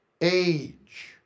age